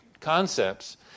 concepts